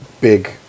big